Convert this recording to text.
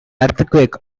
earthquake